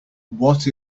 what